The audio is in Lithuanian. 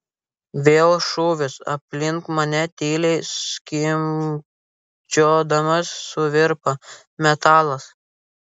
vėl šūvis aplink mane tyliai skimbčiodamas suvirpa metalas